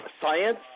science